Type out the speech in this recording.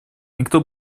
никто